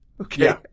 Okay